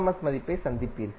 S மதிப்பை சந்திப்பீர்கள்